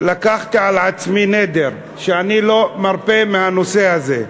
לקחתי על עצמי בנדר שאני לא מרפה מהנושא הזה.